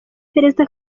perezida